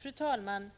Fru talman!